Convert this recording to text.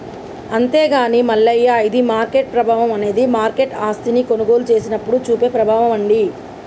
అంతేగాని మల్లయ్య ఇది మార్కెట్ ప్రభావం అనేది మార్కెట్ ఆస్తిని కొనుగోలు చేసినప్పుడు చూపే ప్రభావం అండి